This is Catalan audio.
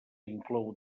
inclou